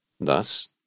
Thus